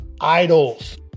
idols